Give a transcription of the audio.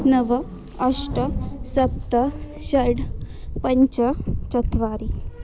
नव अष्ट सप्त षड् पञ्च चत्वारि